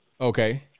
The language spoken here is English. Okay